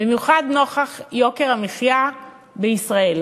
במיוחד נוכח יוקר המחיה בישראל.